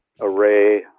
array